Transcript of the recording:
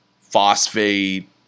phosphate